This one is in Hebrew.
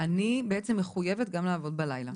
אני בעצם מחויבת גם לעבוד בלילה.